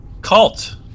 cult